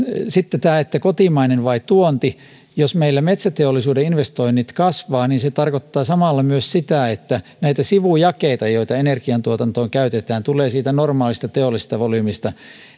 sitten tämä että kotimainen vai tuonti jos meillä metsäteollisuuden investoinnit kasvavat niin se tarkoittaa samalla myös sitä että näitä sivujakeita joita energiantuotantoon käytetään tulee siitä normaalista teollisesta volyymistä